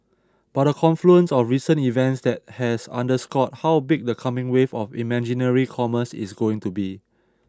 but a confluence of recent events that has underscored how big the coming wave of imaginary commerce is going to be